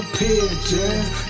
pigeons